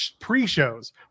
pre-shows